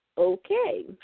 Okay